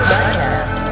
Podcast